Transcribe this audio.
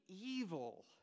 evil